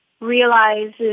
realizes